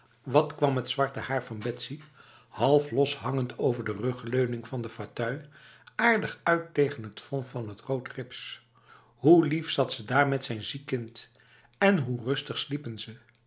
wat kwam t zwarte haar van betsy half loshangend over de rugleuning van de fauteuil aardig uit tegen het fond van rood rips hoe lief zat ze daar met zijn ziek kind en hoe rustig sliepen ze